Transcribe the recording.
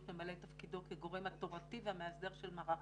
ממלא את תפקידו כגורם התורתי והמאסדר של מערך